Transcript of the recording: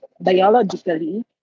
biologically